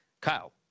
Kyle